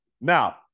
Now